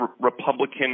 Republican